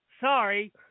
sorry